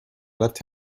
left